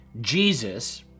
Jesus